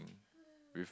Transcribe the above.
with